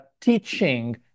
teaching